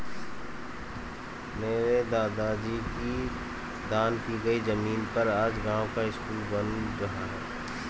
मेरे दादाजी की दान की हुई जमीन पर आज गांव का स्कूल बन रहा है